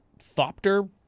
Thopter